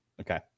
Okay